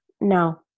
No